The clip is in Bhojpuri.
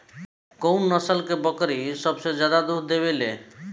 कउन नस्ल के बकरी सबसे ज्यादा दूध देवे लें?